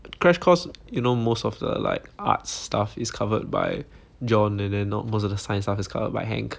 crash course you know most of the like arts stuff is covered by john and then most of the science stuff is covered by hank